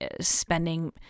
spending